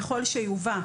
ככל שיובא,